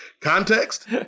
context